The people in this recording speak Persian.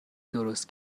درست